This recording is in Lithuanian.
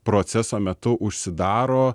proceso metu užsidaro